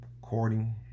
courting